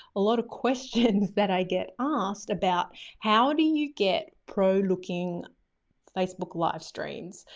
a lot of questions that i get asked about how do you get pro looking facebook live streams?